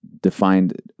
defined